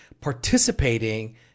participating